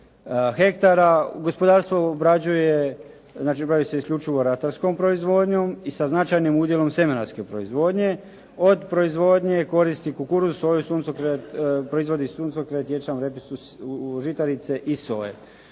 ha. Gospodarstvo obrađuje, znači bavi se isključivo ratarskom proizvodnjom i sa značajnim udjelom u sjemenarske proizvodnje. Od proizvodnje koristi kukuruz, soju, suncokret, ječam, repicu, žitarice iz soje.